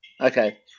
okay